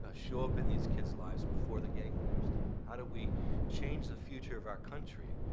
ah show up in these kids' lives before the gang leaders do? how do we change the future of our country?